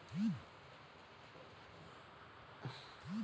विश्वास हे कायदेशीर नाते आहे